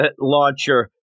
launcher